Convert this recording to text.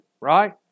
right